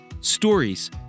stories